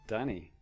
Danny